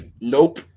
Nope